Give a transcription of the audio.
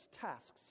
tasks